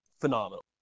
phenomenal